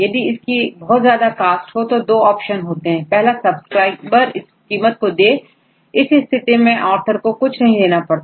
यदि इसकी बहुत ज्यादा कॉस्ट हो तो दो ऑप्शन होते हैं पहला सब्सक्राइबर इस कीमत को दे इस स्थिति में ऑथर को कुछ नहीं देना पड़ता